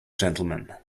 gentlemen